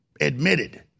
admitted